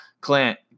clint